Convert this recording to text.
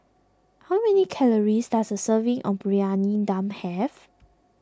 how many calories does a serving of Briyani Dum have